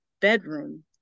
bedroom